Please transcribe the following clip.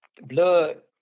blood